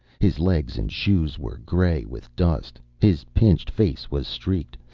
his legs and shoes were gray with dust. his pinched face was streaked,